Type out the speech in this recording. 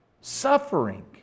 suffering